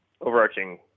overarching